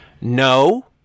No